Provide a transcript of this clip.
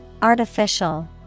Artificial